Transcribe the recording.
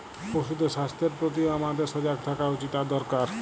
পশুদের স্বাস্থ্যের প্রতিও হামাদের সজাগ থাকা উচিত আর দরকার